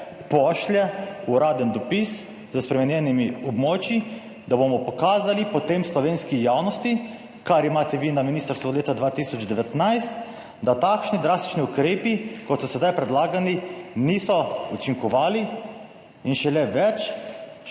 pošlje uraden dopis s spremenjenimi območji, da bomo pokazali potem slovenski javnosti, kar imate vi na ministrstvu od leta 2019, da takšni drastični ukrepi, kot so sedaj predlagani, 62. TRAK (VI) 16.20